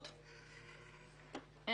לא.